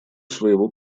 своего